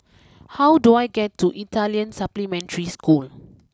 how do I get to Italian Supplementary School